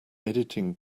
editing